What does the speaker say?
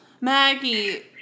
Maggie